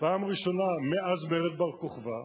פעם ראשונה מאז מרד בר-כוכבא,